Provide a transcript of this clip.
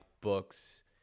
books